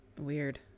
Weird